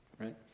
right